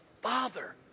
Father